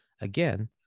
Again